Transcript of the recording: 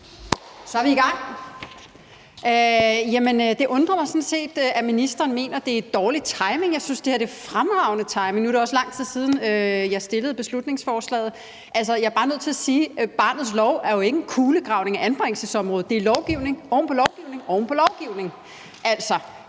Så er vi i gang! Det undrer mig sådan set, at ministeren mener, at det er dårlig timing. Jeg synes, det her er fremragende timing. Nu er det også lang tid siden, jeg fremsatte beslutningsforslaget. Jeg er bare nødt til at sige, at barnets lov jo ikke er en kulegravning af anbringelsesområdet. Det er lovgivning oven på lovgivning oven på lovgivning. Altså,